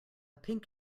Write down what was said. pink